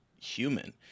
human